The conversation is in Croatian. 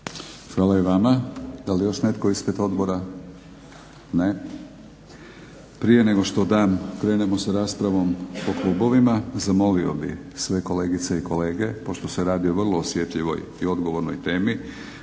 Hvala i vama. Da li još netko ispred odbora? Ne. Prije nego što krenemo sa raspravom po klubovima, zamolio bi sve kolegice i kolege, pošto se radi o vrlo osjetljivoj i odgovornoj temi,